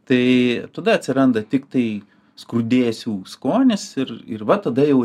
tai tada atsiranda tiktai skrudėsių skonis ir ir va tada jau